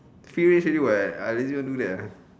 finish already [what] I legit do that